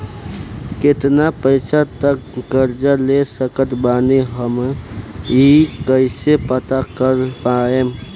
केतना पैसा तक कर्जा ले सकत बानी हम ई कइसे पता कर पाएम?